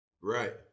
Right